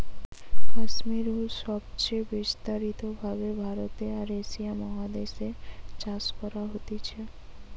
কাশ্মীর উল সবচে বিস্তারিত ভাবে ভারতে আর এশিয়া মহাদেশ এ চাষ করা হতিছে